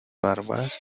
barbas